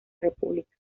república